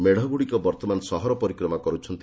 ମେତଗୁଡିକ ବର୍ଉମାନ ସହର ପରିକ୍ରମା କରୁଛନ୍ତି